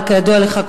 אבל כידוע לך,